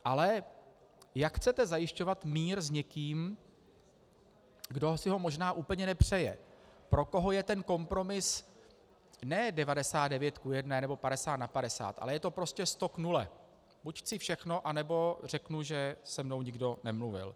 Ale jak chcete zajišťovat mír s někým, kdo si ho možná úplně nepřeje, pro koho je ten kompromis 99:1 nebo 50:50, ale je to prostě 100:0, buď chci všechno, anebo řeknu, že se mnou nikdo nemluvil?